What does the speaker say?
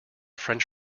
french